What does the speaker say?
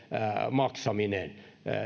maksaminen